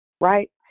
Right